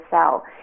cell